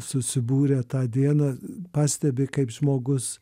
susibūrę tą dieną pastebi kaip žmogus